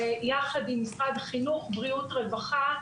ויחד עם משרד החינוך, בריאות, רווחה,